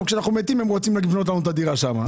כשאנחנו מתים הם רוצים לבנות לנו את הדירה שם.